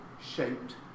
shaped